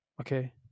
Okay